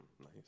Nice